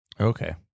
Okay